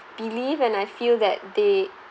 believe and I feel that they